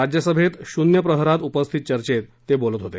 राज्यसभेत शून्यप्रहारात उपस्थित चचेंत ते बोलत होते